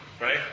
Right